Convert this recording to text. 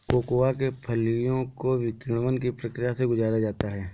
cocoa के फलियों को किण्वन की प्रक्रिया से गुजारा जाता है